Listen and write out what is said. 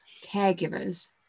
caregivers